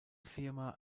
firma